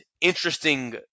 interesting